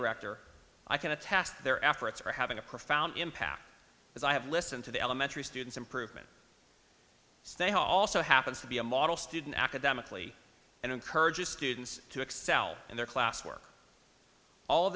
the rector i can attest their efforts are having a profound impact as i have listened to the elementary students improvement they also happens to be a model student academically and encourages students to excel in their class work all of